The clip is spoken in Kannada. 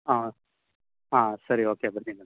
ಹಾಂ ಹಾಂ ಸರಿ ಓಕೆ ಬನ್ನಿ ಮ್ಯಾಮ್